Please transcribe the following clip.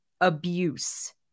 abuse